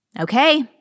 Okay